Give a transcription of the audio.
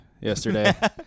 yesterday